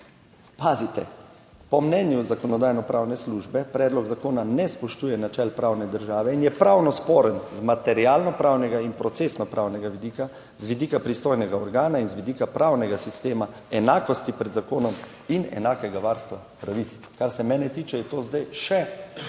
pazite, po mnenju Zakonodajno-pravne službe predlog zakona ne spoštuje načel pravne države in je pravno sporen z materialno pravnega in procesno pravnega vidika, z vidika pristojnega organa in z vidika pravnega sistema enakosti pred zakonom in enakega varstva pravic. Kar se mene tiče, je to, zdaj še, bomo